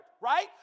right